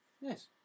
yes